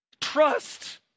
Trust